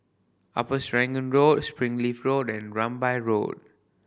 Upper Serangoon Road Springleaf Road and Rambai Road